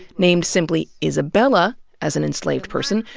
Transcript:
named simply isabella as an enslaved person,